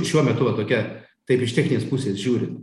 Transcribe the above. šiuo metu va tokia taip iš techninės pusės žiūrint